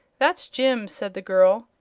that's jim, said the girl.